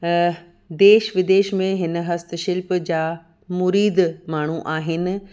देश विदेश में हिन हस्तशिल्प जा मुरीद माण्हू आहिनि